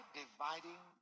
dividing